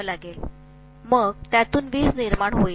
मग त्यातून वीज निर्माण होईल